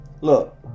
look